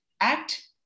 act